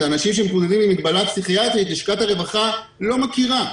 את האנשים שמתמודדים עם מגבלה פסיכיאטרית לשכת הרווחה לא מכירה,